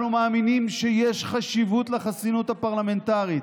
אנחנו מאמינים שיש חשיבות לחסינות הפרלמנטרית.